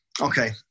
Okay